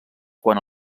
quant